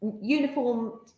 uniform